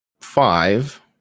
five